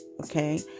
okay